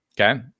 Okay